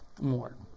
more